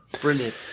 Brilliant